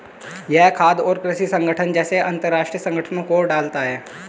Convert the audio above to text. यह खाद्य और कृषि संगठन जैसे अंतरराष्ट्रीय संगठनों को डालता है